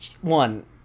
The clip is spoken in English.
One